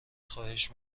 خواهش